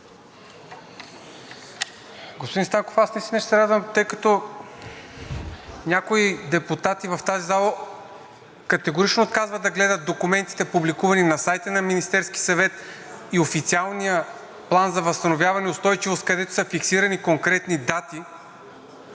Господин Станков, аз наистина ще трябва да дам разяснение, тъй като някои депутати в тази зала категорично отказват да гледат документите, публикувани на сайта на Министерски съвет и официалния План за възстановяване и устойчивост, където са фиксирани конкретни дати